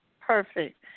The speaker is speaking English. Perfect